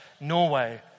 Norway